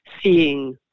seeing